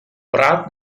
prato